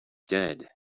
dead